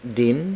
din